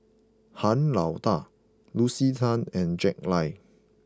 Han Lao Da Lucy Tan and Jack Lai